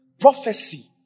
prophecy